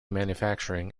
manufacturing